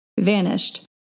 vanished